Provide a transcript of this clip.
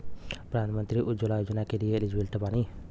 प्रधानमंत्री उज्जवला योजना के लिए एलिजिबल बानी?